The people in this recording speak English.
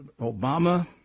obama